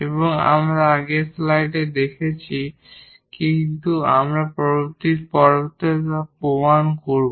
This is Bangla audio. এবং আমরা আগের স্লাইডে দেখেছি কিন্তু আমরা পরবর্তীতে প্রমাণ করব